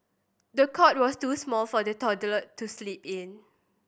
the cot was too small for the toddler to sleep in